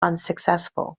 unsuccessful